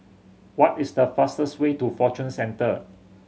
what is the fastest way to Fortune Centre